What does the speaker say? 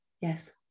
Yes